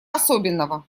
особенного